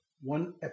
one